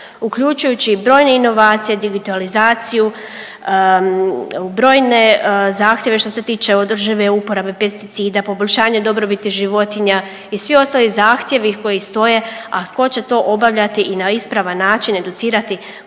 uključujući i brojne inovacije, digitalizaciju, brojne zahtjeve što se tiče održive uporabe pesticida, poboljšanje dobrobiti životinja i svi ostali zahtjevi koji stoje, a tko će to obavljati i na ispravan način educirati